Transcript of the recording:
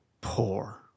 poor